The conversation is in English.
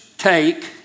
take